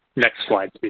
next slide, please.